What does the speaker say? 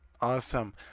awesome